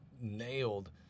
nailed